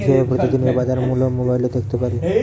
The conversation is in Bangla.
কিভাবে প্রতিদিনের বাজার মূল্য মোবাইলে দেখতে পারি?